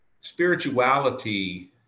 spirituality